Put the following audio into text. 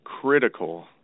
critical